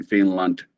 Finland